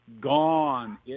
gone